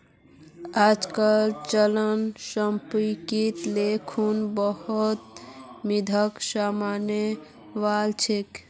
आजकल अचल सम्पत्तिक ले खुना बहुत मिथक सामने वल छेक